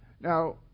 Now